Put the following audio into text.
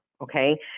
okay